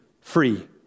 free